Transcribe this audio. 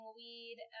weed